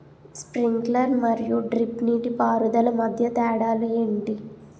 Sprinkler మరియు drip నీటిపారుదల మధ్య తేడాలు ఏంటి?